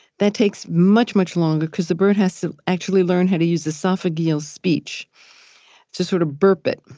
that takes much, much longer because the bird has to actually learn how to use esophageal speech to sort of burp it